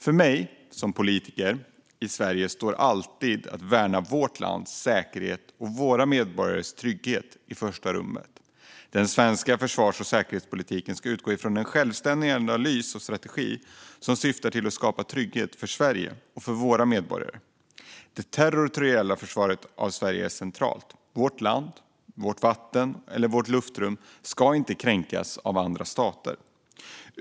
För mig som politiker i Sverige står alltid värnandet av vårt lands säkerhet och våra medborgares trygghet i första rummet. Den svenska försvars och säkerhetspolitiken ska utgå från en självständig analys och strategi som syftar till att skapa trygghet för Sverige och våra medborgare. Det territoriella försvaret av Sverige är centralt. Vårt land, vatten eller luftrum ska inte kränkas av andra stater.